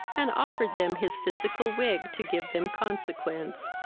and offered them his physical wig to give them consequence.